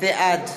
בעד